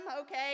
okay